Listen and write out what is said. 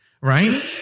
Right